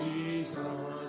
Jesus